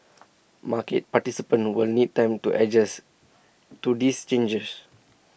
market participants will need time to adjust to these changes